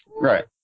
right